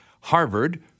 Harvard